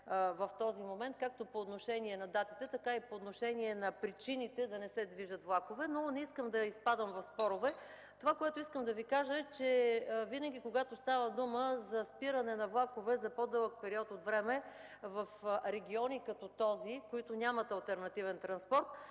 в този момент както по отношение на датите, така и по отношение на причините да не се движат влакове. Но не искам да изпадам в спорове. Това, което искам да Ви кажа, е, че винаги, когато става дума за спиране на влакове за по-дълъг период от време в региони като този, които нямат алтернативен транспорт,